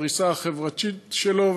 בפריסה החברתית שלו,